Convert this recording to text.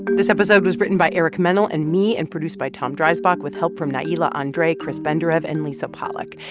this episode was written by eric mennel and me and produced by tom dreisbach, with help from nailah andre, chris benderev and lisa pollak.